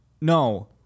No